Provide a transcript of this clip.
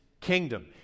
kingdom